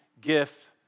gift